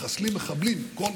מחסלים מחבלים כל הזמן,